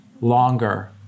longer